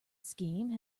scheme